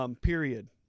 Period